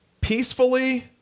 peacefully